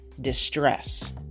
distress